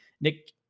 Nick